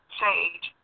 sage